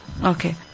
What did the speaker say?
Okay